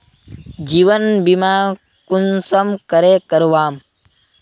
जीवन बीमा कुंसम करे करवाम?